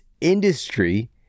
industry